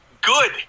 Good